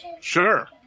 Sure